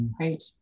Right